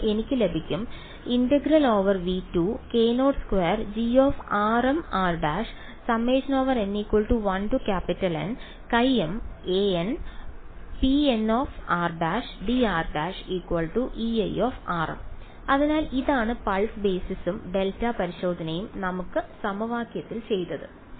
അതിനാൽ എനിക്ക് ലഭിക്കും അതിനാൽ ഇതാണ് പൾസ് ബേസിസും ഡെൽറ്റ പരിശോധനയും നമ്മുടെ സമവാക്യത്തിൽ ചെയ്തത്